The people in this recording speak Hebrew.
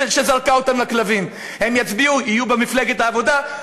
תציע לו לוותר על תעודת הזהות הישראלית שלו לטובת תעודה פלסטינית,